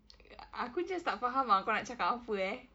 err aku just tak faham ah kau nak cakap apa eh